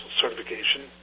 certification